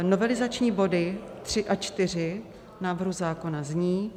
Novelizační body 3 a 4 návrhu zákona zní: